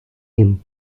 him